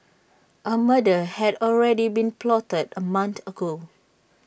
A murder had already been plotted A month ago